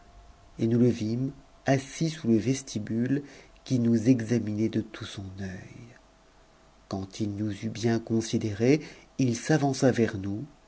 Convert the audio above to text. et nous le vîmes assis sous le vestibule qui nous examinait de tout son œil quand il nous eut bien considérés il s'avança vers nous